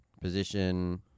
position